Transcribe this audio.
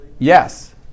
Yes